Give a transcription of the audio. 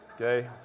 okay